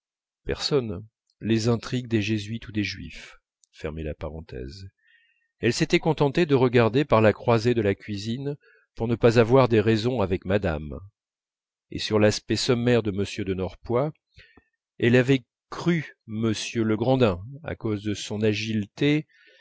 les intrigues des jésuites ou des juifs elle s'était contentée de regarder par la croisée de la cuisine pour ne pas avoir des raisons avec madame et sous l'aspect sommaire de m de norpois elle avait cru voir monsieur legrand à cause de son agileté